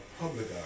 public